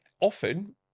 often